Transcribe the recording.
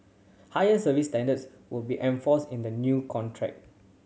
higher service standards will be enforced in the new contract